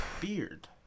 Beard